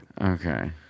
Okay